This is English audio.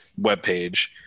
webpage